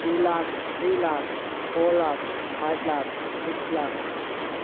two lakhs three lakhs four lakhs five lakhs six lakhs